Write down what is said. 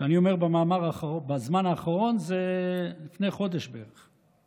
כשאני אומר "בזמן האחרון", זה לפני חודש בערך.